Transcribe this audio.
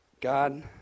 God